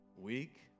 Week